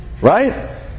Right